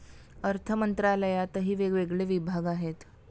अर्थमंत्रालयातही वेगवेगळे विभाग आहेत